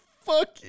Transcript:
fuck